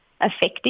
effective